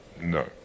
No